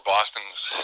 Boston's